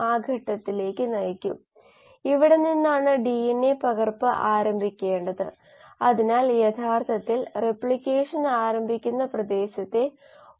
അതിനാൽ ഔട്ട്പുട്ടിന്റെ S minus input നിരക്കിന്റെ S പ്ലസ് ജനറേഷൻ നിരക്കിന്റെ S മൈനസ് ഉത്പാദന നിരക്കിൻറെ S സമം ഉപഭോഗ നിരക്ക് ശേഖരിക്കപ്പെടുന്ന S നിരക്കാണ്